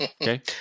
Okay